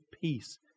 peace